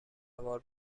هوار